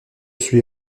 suis